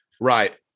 Right